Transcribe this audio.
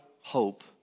hope